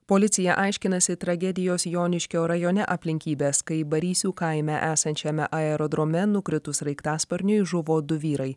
policija aiškinasi tragedijos joniškio rajone aplinkybes kai barysių kaime esančiame aerodrome nukritus sraigtasparniui žuvo du vyrai